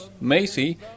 Macy